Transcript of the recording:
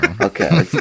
Okay